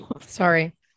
Sorry